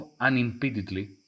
unimpededly